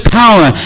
power